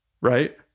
right